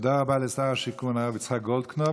תודה רבה לשר השיכון הרב יצחק גולדקנופ.